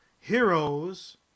heroes